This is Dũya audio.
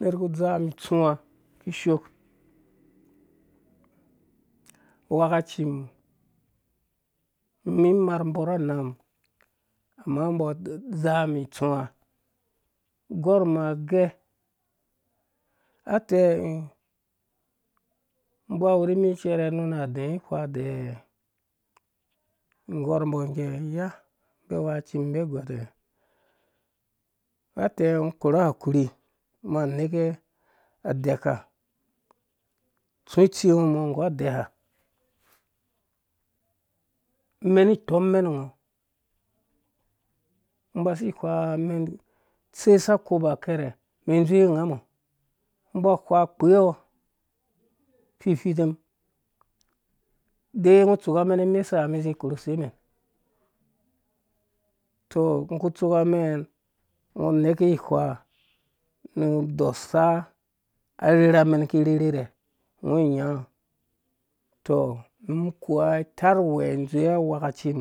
Uner ku udzaa umu itsuwa kishook awakacim umum imar umbɔ ra anam ama umbɔ adzaa umum itsuwa agor ma age a utɛ i. i uba uwurimi icɛrɛ nu na udɛɛ ihwa adɛɛ ungɔr umbɔ nggɛ ya umbi awakacim umbi agɔte autɛ ungo ukora akuri uks uneka adaaka utsu itsingo umɔ nggu udɛɛ ha umen ikpɔmmen ungo ungo uba usi ihwaɔ umenitsesa akobo akɛrɛ umen indozowe ungamɔɔ ungo uba uhwa ukpeɔ ififitem uda ungo utsuka umen ni imese umɛn izi ikoru use men tɔ ungo uku utsuka umen ungo uneke ighaa nu udɔsa arherhamɛn iki irherhev re ungo inyaɔ tɔ umum kuwa it arwɛɛ indzowe awakacin